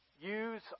use